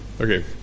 Okay